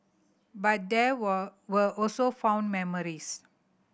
but there were were also fond memories